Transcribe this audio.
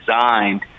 designed